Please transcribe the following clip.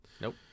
nope